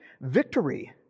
victory